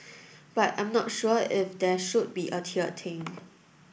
but I'm not sure if there should be a tiered thing